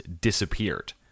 disappeared